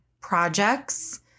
projects